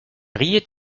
riait